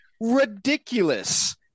ridiculous